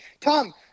Tom